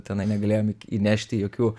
tenai negalėjom įnešti jokių